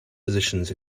positions